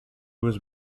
was